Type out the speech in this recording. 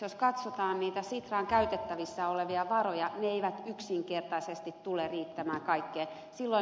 jos katsotaan niitä sitran käytettävissä olevia varoja ne eivät yksinkertaisesti tule riittämään kaikkeen